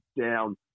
down